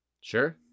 Sure